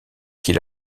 qu’il